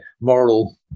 moral